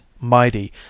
mighty